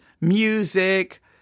music